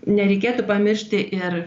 nereikėtų pamiršti ir